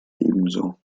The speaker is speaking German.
ebenso